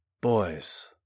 Boys